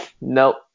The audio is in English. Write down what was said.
Nope